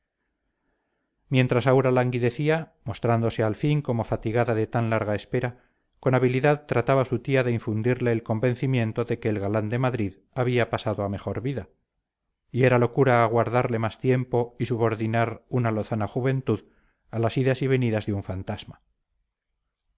mientras aura languidecía mostrándose al fin como fatigada de tan larga espera con habilidad trataba su tía de infundirle el convencimiento de que el galán de madrid había pasado a mejor vida y era locura aguardarle más tiempo y subordinar una lozana juventud a las idas y venidas de un fantasma